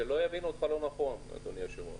שלא יבינו אותך לא נכון, אדוני היושב-ראש.